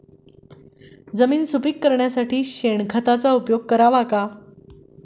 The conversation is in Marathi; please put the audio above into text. जमीन सुपीक करण्यासाठी शेणखताचा उपयोग करावा का?